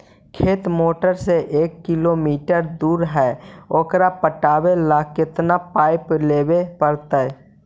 खेत मोटर से एक किलोमीटर दूर है ओकर पटाबे ल केतना पाइप लेबे पड़तै?